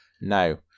No